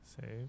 save